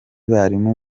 barimu